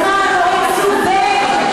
אז מה, הם הורים סוג ב'?